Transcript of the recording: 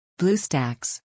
BlueStacks